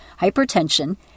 hypertension